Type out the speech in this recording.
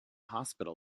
hospital